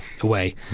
away